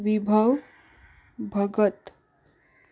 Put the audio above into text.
Vibhav Bhagat